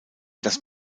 das